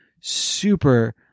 super